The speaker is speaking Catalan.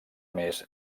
més